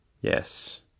Yes